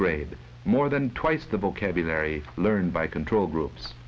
grade more than twice the vocabulary learned by control groups